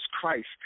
Christ